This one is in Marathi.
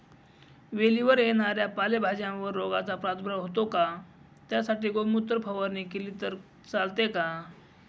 वेलीवर येणाऱ्या पालेभाज्यांवर रोगाचा प्रादुर्भाव होतो का? त्यासाठी गोमूत्र फवारणी केली तर चालते का?